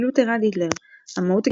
מלותר עד היטלר.